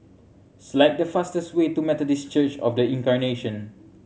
select the fastest way to Methodist Church Of The Incarnation